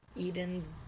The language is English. Eden's